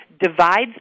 divides